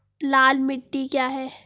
लाल मिट्टी क्या है?